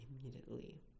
immediately